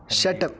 षट्